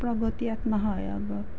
প্ৰগতি আত্মসহায়ক গোট